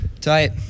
Tight